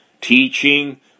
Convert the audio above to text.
teaching